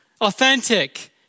authentic